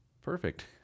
Perfect